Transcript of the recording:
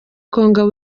congo